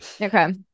okay